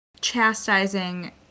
chastising